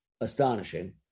astonishing